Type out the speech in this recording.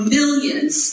millions